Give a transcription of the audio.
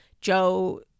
Joe